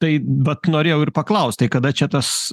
tai vat norėjau ir paklaust kada čia tas